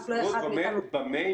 במה,